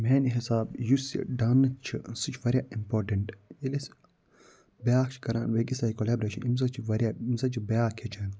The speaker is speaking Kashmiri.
میانہِ حِسابہٕ یُس یہِ ڈانَس چھِ سُہ چھِ واریاہ اِمپاٹَنٹ ییٚلہِ أسۍ بیاکھ چھِ کران أکِس سۭتۍ کلوبریشَن أمۍ سۭتۍ چھِ واریاہ أمۍ سۭتۍ چھِ بیاکھ ہٮ۪چھان